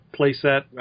playset